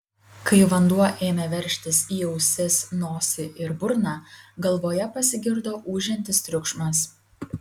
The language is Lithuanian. kai vanduo ėmė veržtis į ausis nosį ir burną galvoje pasigirdo ūžiantis triukšmas